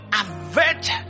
avert